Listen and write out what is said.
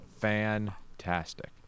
Fantastic